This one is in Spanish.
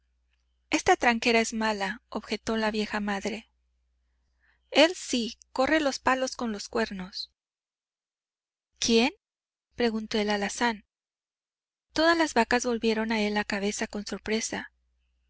esta tranquera es mala objetó la vieja madre el sí corre los palos con los cuernos quién preguntó el alazán todas las vacas volvieron a él la cabeza con sorpresa